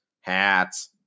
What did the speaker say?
hats